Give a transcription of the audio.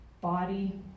body